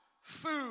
food